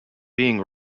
being